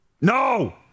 No